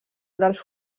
dels